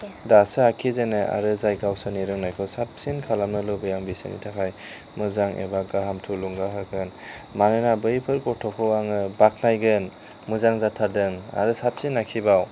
दासो आखिजेन्नाय आरो जाय गावसोरनि रोंनायखौ साबसिन खालामनो लुबैयो आं बिसोरनि थाखाय मोजां एबा गाहाम थुलुंगा होगोन मानोना बैफोर गथ'खौ आङो बाख्नायगोन मोजां जाथारदों आरो साबसिन आखिबाव